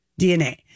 DNA